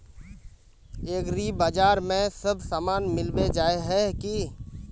एग्रीबाजार में सब सामान मिलबे जाय है की?